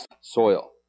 soil